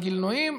והגלגינועים,